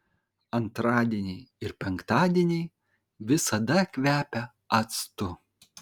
antradieniai ir penktadieniai visada kvepia actu